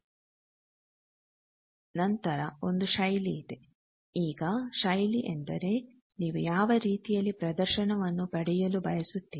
ನಂತರ ಒಂದು ಶೈಲಿ ಇದೆ ಈಗ ಶೈಲಿ ಎಂದರೆ ನೀವು ಯಾವ ರೀತಿಯಲ್ಲಿ ಪ್ರದರ್ಶನವನ್ನು ಪಡೆಯಲು ಬಯಸುತ್ತಿರಿ